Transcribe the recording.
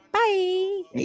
Bye